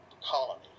colony